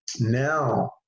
now